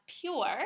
pure